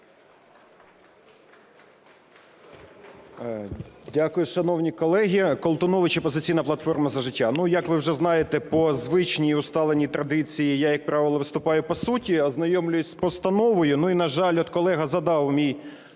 Дякую, шановні колеги. Колтунович, "Опозиційна платформа – За життя". Ну, як ви вже знаєте, по звичній і усталеній традиції я, як правило, виступаю по суті. Ознайомлююсь з постановою. Ну, і на жаль, от, колега задав, мій